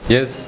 Yes